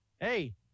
hey